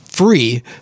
free